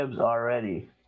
already